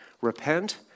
Repent